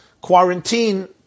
Quarantine